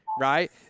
right